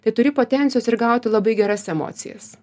tai turi potencijos ir gauti labai geras emocijas